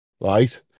right